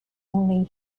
only